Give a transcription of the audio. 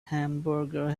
hamburger